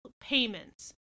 payments